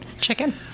chicken